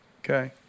Okay